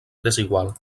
desigual